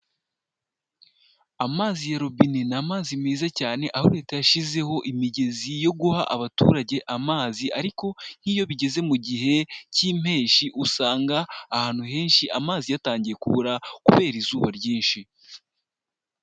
Amazi ya robine ni amazi meza cyane aho leta yashyizeho imigezi yo guha abaturage amazi ariko nk'iyo bigeze mu gihe cy'impeshyi usanga ahantu henshi amazi yatangiye kubura kubera izuba ryinshi.